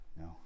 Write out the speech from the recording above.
no